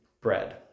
Bread